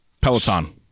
Peloton